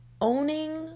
owning